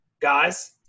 guys